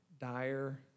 dire